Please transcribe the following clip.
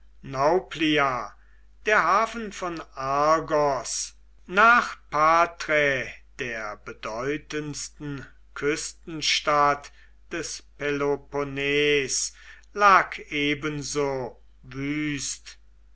nauplia der hafen von argos nach patrae der bedeutendsten küstenstadt des peloponnes lag ebenso